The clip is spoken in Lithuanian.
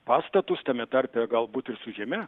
pastatus tame tarpe galbūt ir su žeme